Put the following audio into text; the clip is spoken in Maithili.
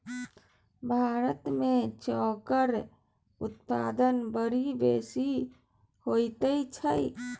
भारतमे चाउरक उत्पादन बड़ बेसी होइत छै